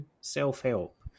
self-help